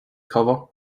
cover